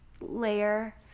layer